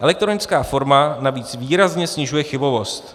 Elektronická forma navíc výrazně snižuje chybovost.